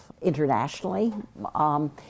internationally